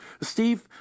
Steve